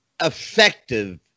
effective